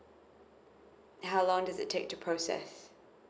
then how long does it take to process